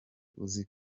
uzi